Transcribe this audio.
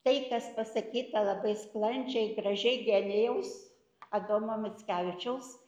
tai kas pasakyta labai sklandžiai gražiai genijaus adomo mickevičiaus